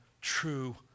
true